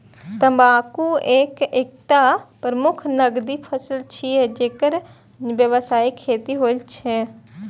तंबाकू एकटा प्रमुख नकदी फसल छियै, जेकर व्यावसायिक खेती होइ छै